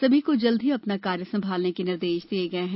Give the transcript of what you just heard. सभी को जल्द ही अपना कार्य संभालने के निर्देश दिये गये हैं